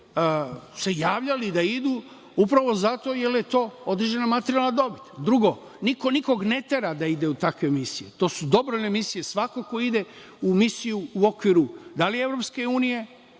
se javljali da idu, upravo zato jer je to određeno materijalno dobro. Drugo, niko nikog ne tera da ide u takve misije. To su dobrovoljne misije, svako ko ide u misiju, da li u okviru da li Evropske unije,